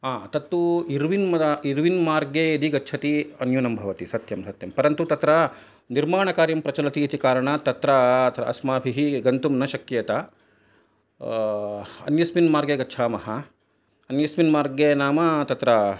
तत्तु Irwin Irwin मार्गे यदि गच्छति अन्यूनं भवति सत्यं सत्यं परन्तु तत्र निर्माणकार्यं प्रचलति इति कारणात् तत्र अस्माभिः गन्तुं न शक्येत अन्यस्मिन् मार्गे गच्छामः अन्यस्मिन् मार्गे नाम तत्र